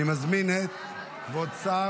אני מזמין את השר.